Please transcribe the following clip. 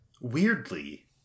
weirdly